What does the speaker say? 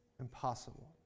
impossible